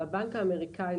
והבנק האמריקאי,